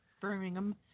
Birmingham